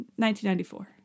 1994